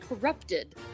corrupted